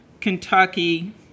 Kentucky